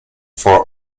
for